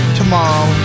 tomorrow